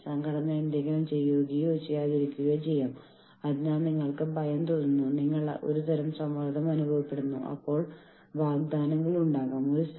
പക്ഷേ ചില കാരണങ്ങളാൽ ഈ ആവശ്യങ്ങളിൽ ഉയർത്തുന്ന അവരുടെ ശബ്ദത്തിന് ഒരു നടപടിയും ഉണ്ടാകുന്നില്ല